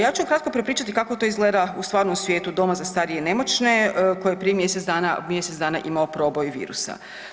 Ja ću kratko prepričati kako to izgleda u stvarnom svijetu doma za starije i nemoćne koji je prije mjesec dana, mjesec dana imao proboj virusa.